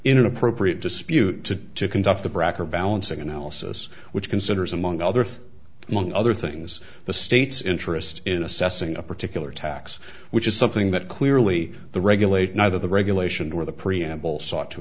an appropriate dispute to conduct the brac or balancing analysis which considers among other things among other things the state's interest in assessing a particular tax which is something that clearly the regulate neither the regulation or the preamble sought to